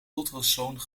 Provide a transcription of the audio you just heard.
ultrasoon